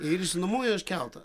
ir išsinuomoju aš keltą